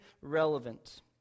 relevant